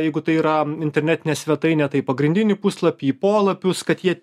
jeigu tai yra internetinė svetainė tai pagrindinį puslapį į po lapius kad jie